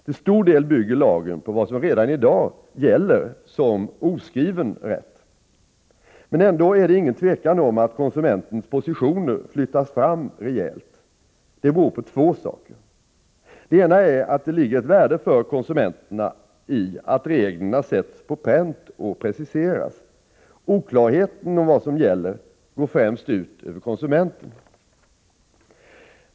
Till stor del bygger lagen på vad som redan i dag gäller som oskriven rätt. Men ändå är det inget tvivel om att konsumentens positioner flyttats fram rejält. Det beror på två ting. Det ena är att det ligger ett värde för konsumenterna i att reglerna sätts på pränt och preciseras. Oklarheter om vad som gäller går främst ut över konsumenten.